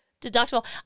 deductible